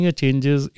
changes